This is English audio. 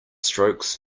strokes